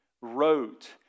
wrote